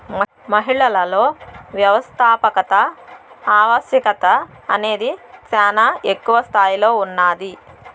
మహిళలలో వ్యవస్థాపకత ఆవశ్యకత అనేది శానా ఎక్కువ స్తాయిలో ఉన్నాది